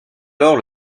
alors